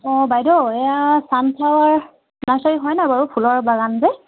অঁ বাইদেউ এইয়া চানফ্লাৱাৰ নাৰ্চাৰী হয়নে বাৰু ফুলৰ বাগান যে